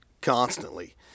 constantly